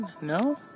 No